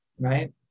right